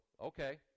okay